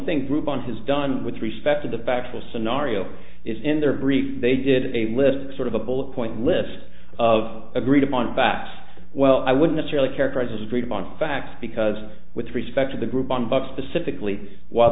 think group on has done with respect to the factual scenario is in their brief they did a list sort of a bullet point list of agreed upon facts well i would necessarily characterize as read up on facts because with respect to the group on bugs specifically while